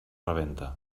rebenta